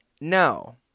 No